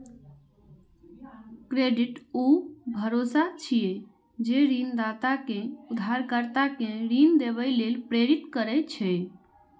credit ऊ भरोसा छियै, जे ऋणदाता कें उधारकर्ता कें ऋण देबय लेल प्रेरित करै छै